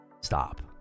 stop